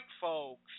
folks